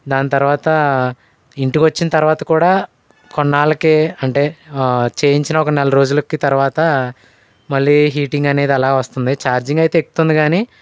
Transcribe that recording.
దాని తరువాత ఇంటికి వచ్చిన తరువాత కూడా కొన్నాళ్ళకి అంటే చేయించిన ఒక నెల రోజులకి తరువాత మళ్ళీ హీటింగ్ అనేది అలా వస్తుంది చార్జింగ్ అయితే ఎక్కుతుంది కానీ